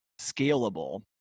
scalable